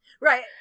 right